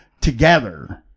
together